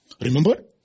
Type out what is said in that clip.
Remember